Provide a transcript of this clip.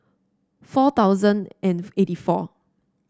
four thousand and eighty four